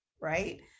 right